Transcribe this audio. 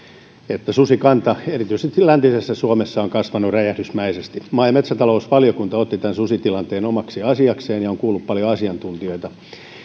että susikanta on erityisesti läntisessä suomessa kasvanut räjähdysmäisesti maa ja metsätalousvaliokunta otti tämän susitilanteen omaksi asiakseen ja on kuullut paljon asiantuntijoita